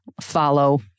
follow